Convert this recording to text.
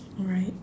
right